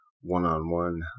one-on-one